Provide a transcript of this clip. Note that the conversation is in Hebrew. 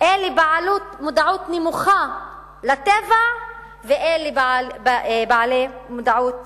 אלה בעלי מודעות נמוכה לטבע ואלה בעלי מודעות